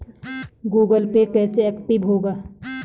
Google Pay कैसे active होगा?